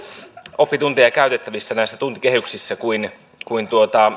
oppitunteja käytettävissä näissä tuntikehyksissä kuin kuin